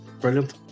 Brilliant